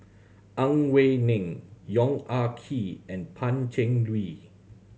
Ang Wei Neng Yong Ah Kee and Pan Cheng Lui